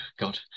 God